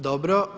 Dobro.